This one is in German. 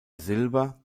silber